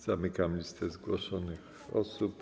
Zamykam listę zgłoszonych osób.